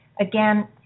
again